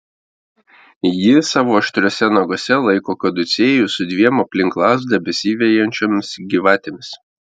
ji savo aštriuose naguose laiko kaducėjų su dviem aplink lazdą besivejančiomis gyvatėmis